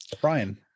Brian